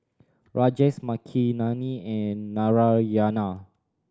Rajesh Makineni and Narayana